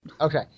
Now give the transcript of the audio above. Okay